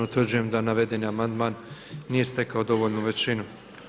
Utvrđujem da navedeni amandman nije stekao dovoljnu većinu.